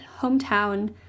hometown